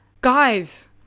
Guys